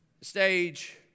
stage